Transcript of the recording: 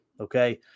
Okay